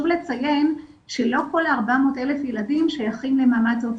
לציין שלא כל ה-400,000 ילדים שייכים למעמד סוציו